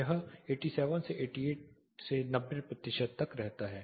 यह 87 88 से 90 प्रतिशत तक रहता है